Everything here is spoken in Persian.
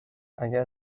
اگر